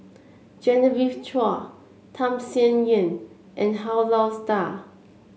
Genevieve Chua Tham Sien Yen and Han Lao Da